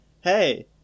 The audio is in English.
hey